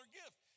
gift